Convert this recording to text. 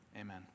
Amen